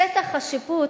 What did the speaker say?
שטח השיפוט,